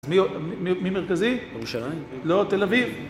מי מרכזי? ירושלים. לא, תל אביב.